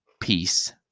Peace